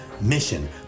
mission